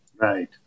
Right